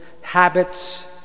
habits